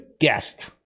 guest